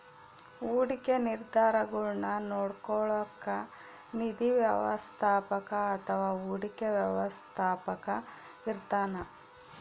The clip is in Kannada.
ಹೂಡಿಕೆ ನಿರ್ಧಾರಗುಳ್ನ ನೋಡ್ಕೋಳೋಕ್ಕ ನಿಧಿ ವ್ಯವಸ್ಥಾಪಕ ಅಥವಾ ಹೂಡಿಕೆ ವ್ಯವಸ್ಥಾಪಕ ಇರ್ತಾನ